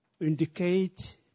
indicate